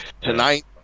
Tonight